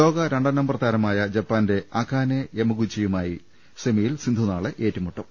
ലോക രണ്ടാം നമ്പർ താരമായ ജപ്പാന്റെ അകാനെ യമഗൂച്ചിയുമായി സെമിയിൽ സിന്ധു നാളെ ഏറ്റുമുട്ടും